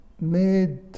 made